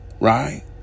right